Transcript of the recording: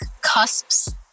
cusps